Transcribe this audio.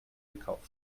gekauft